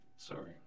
Sorry